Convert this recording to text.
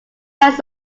hands